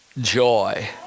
joy